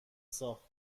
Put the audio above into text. ساخت